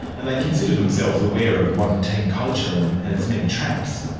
and they considered themselves aware of modern teen culture and and its many traps.